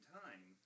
time